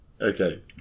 Okay